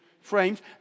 frames